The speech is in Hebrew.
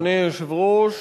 אדוני היושב-ראש,